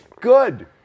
good